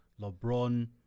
LeBron